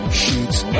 shoots